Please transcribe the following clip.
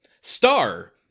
Star